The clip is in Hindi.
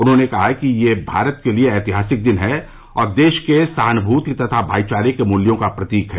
उन्होंने कहा कि यह भारत के लिए ऐतिहासिक दिन है और देश के सहानुभूति तथा भाईचारे के मूल्यों का प्रतीक है